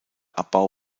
abbau